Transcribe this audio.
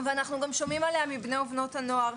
ואנחנו גם שומעים עליה מבני ובנות הנוער.